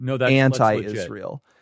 anti-Israel